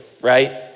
right